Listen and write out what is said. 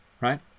right